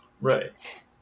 Right